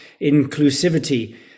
inclusivity